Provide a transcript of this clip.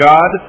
God